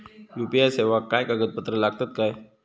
UPI सेवाक काय कागदपत्र लागतत काय?